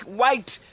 white